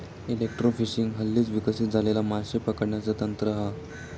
electrofishing हल्लीच विकसित झालेला माशे पकडण्याचा तंत्र हा